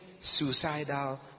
suicidal